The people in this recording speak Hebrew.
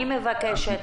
אני מבקשת,